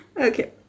Okay